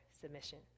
submission